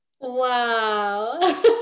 Wow